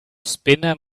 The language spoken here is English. spinner